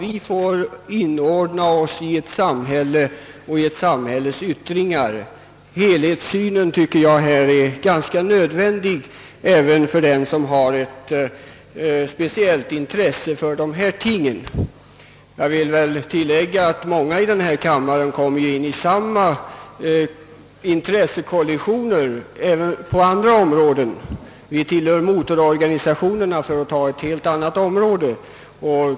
Vi får inordna oss i ett samhälle och anpassa oss efter dess yttringar. Därför tycker jag att helhetssynen är nödvändig även för den som har ett speciellt intresse. Många av kammarens ledamöter kommer i samma slags intressekollision vid behandlingen av andra ärenden. Många av oss tillhör motororganisationer, för att nämna ett exempel från ett helt annat område.